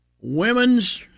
women's